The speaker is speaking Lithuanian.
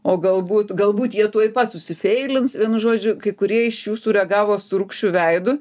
o galbūt galbūt jie tuoj pat susifeilins vienu žodžiu kai kurie iš jų sureagavo su rūgščiu veidu